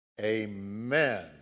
Amen